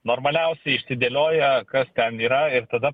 normaliausiai išsidėlioja kas ten yra ir tada